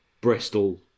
Bristol